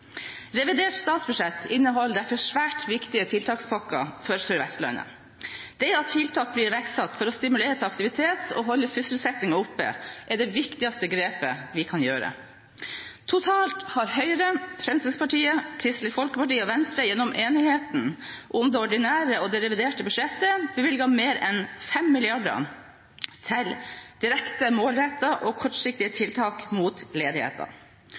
Revidert statsbudsjett inneholder derfor svært viktige tiltakspakker for Sør-Vestlandet. Det at tiltak blir iverksatt for å stimulere til aktivitet og holde sysselsettingen oppe, er det viktigste grepet vi kan gjøre. Totalt har Høyre, Fremskrittspartiet, Kristelig Folkeparti og Venstre gjennom enigheten om det ordinære og det reviderte budsjettet bevilget mer enn 5 mrd. kr til direkte målrettede og kortsiktige tiltak mot ledigheten.